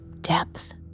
depth